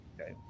okay